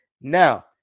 Now